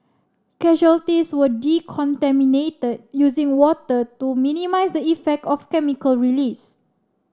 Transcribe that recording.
casualties were decontaminated using water to minimise the effect of chemical release